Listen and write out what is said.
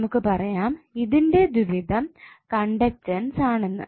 നമുക്ക് പറയാം ഇതിന്റെ ദ്വിവിധം കണ്ടക്ടൻസ് ആണെന്ന്